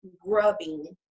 grubbing